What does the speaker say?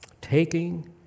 taking